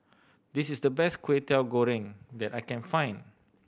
this is the best Kway Teow Goreng that I can find